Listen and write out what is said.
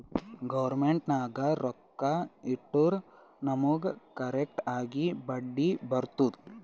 government ನಾಗ್ ರೊಕ್ಕಾ ಇಟ್ಟುರ್ ನಮುಗ್ ಕರೆಕ್ಟ್ ಆಗಿ ಬಡ್ಡಿ ಬರ್ತುದ್